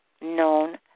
known